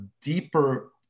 deeper